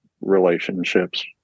relationships